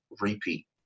repeat